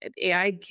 AI